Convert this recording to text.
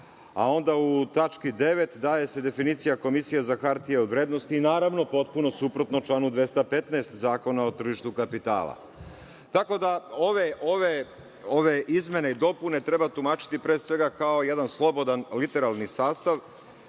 a onda u tački 9. daje se definicija Komisije za hartije od vrednosti i, naravno, potpuno suprotno članu 215. Zakona o tržištu kapitala. Tako da ove izmene i dopune treba tumačiti, pre svega, kao jedan slobodan literalni sastav,